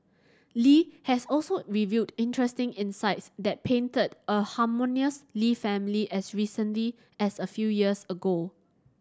Li has also revealed interesting insights that painted a harmonious Lee family as recently as a few years ago